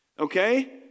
Okay